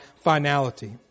finality